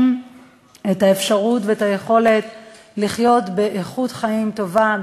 האפשרות והיכולת לחיות באיכות חיים טובה,